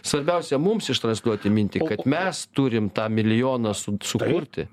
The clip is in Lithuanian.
svarbiausia mums ištransliuoti mintį kad mes turim tą milijoną su sukurti